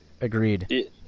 Agreed